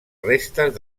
restes